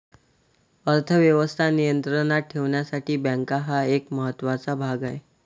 अर्थ व्यवस्था नियंत्रणात ठेवण्यासाठी बँका हा एक महत्त्वाचा भाग आहे